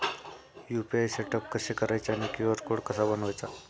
UPI setup कसे करायचे आणि क्यू.आर कोड कसा बनवायचा?